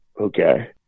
okay